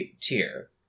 tier